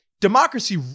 democracy